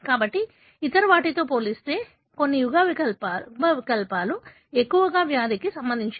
కాబట్టి ఇతర వాటితో పోలిస్తే కొన్ని యుగ్మవికల్పాలు ఎక్కువగా వ్యాధికి సంబంధించినవి